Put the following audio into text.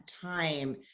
time